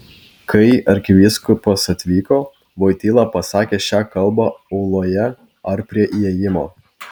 kai arkivyskupas atvyko voityla pasakė šią kalbą auloje ar prie įėjimo